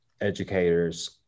educators